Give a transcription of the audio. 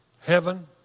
heaven